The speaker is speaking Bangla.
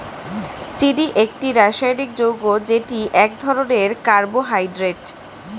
চিনি একটি রাসায়নিক যৌগ যেটি এক ধরনের কার্বোহাইড্রেট